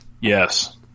yes